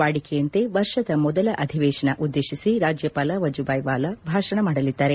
ವಾಡಿಕೆಯಂತೆ ವರ್ಷದ ಮೊದಲ ಅಧಿವೇಶನ ಉದ್ದೇಶಿಸಿ ರಾಜ್ಯಪಾಲ ವಜೂಭಾಯ್ ವಾಲಾ ಭಾಷಣ ಮಾಡಲಿದ್ದಾರೆ